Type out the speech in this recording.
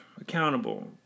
accountable